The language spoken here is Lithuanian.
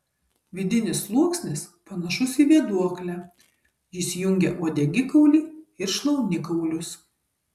vidinis sluoksnis panašus į vėduoklę jis jungia uodegikaulį ir šlaunikaulius